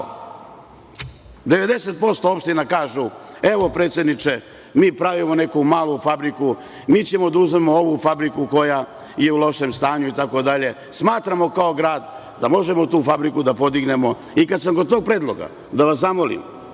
90% opština kaže – evo, predsedniče, mi pravimo neku malu fabriku, mi ćemo da uzmemo ovu fabriku koja je u lošem stanju itd, smatramo, kao grad, da možemo tu fabriku da podignemo. Kada sam kod tog predloga, da vas zamolim,